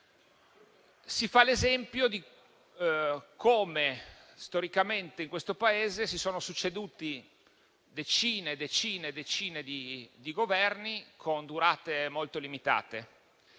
Si fa l'esempio di come storicamente in questo Paese si siano succeduti decine e decine di Governi con durate molto limitate.